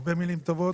הרבה מילים טובות.